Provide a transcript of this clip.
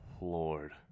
lord